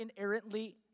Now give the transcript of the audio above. inerrantly